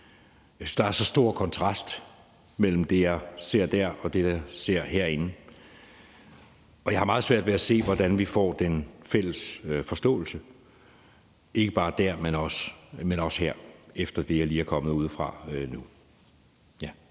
Jeg synes, der er så stor kontrast mellem det, jeg ser der, og det, jeg ser herinde, og jeg har meget svært ved at se, hvordan vi får den fælles forståelse, ikke bare dér, men også her, efter det, jeg lige nu er kommet fra